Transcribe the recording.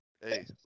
Hey